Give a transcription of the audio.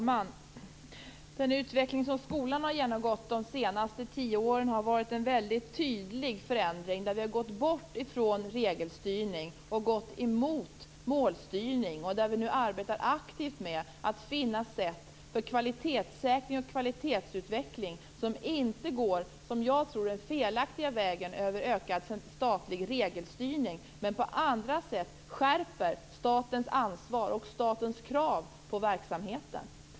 Fru talman! Den utveckling som skolan har genomgått de senaste tio åren har inneburit en väldigt tydlig förändring, där vi har gått bort ifrån regelstyrning och gått över till målstyrning. Vi arbetar nu aktivt med att finna sätt för kvalitetssäkring och kvalitetsutveckling, där man inte går den, som jag tror, felaktiga vägen över ökad statlig regelstyrning men på andra sätt skärper statens ansvar och statens krav på verksamheten.